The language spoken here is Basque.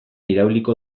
irauliko